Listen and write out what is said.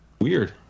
Weird